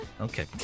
Okay